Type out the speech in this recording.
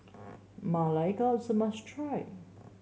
Ma Lai Gao is a must try